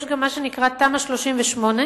יש גם מה שנקרא תמ"א 38,